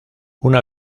una